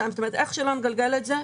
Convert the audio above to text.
זאת אומרת, איך שלא נגלגל את זה,